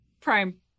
prime